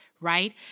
right